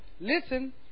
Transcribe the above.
listen